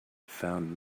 found